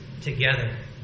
together